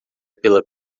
pela